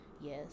Yes